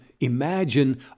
Imagine